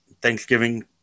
Thanksgiving